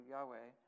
Yahweh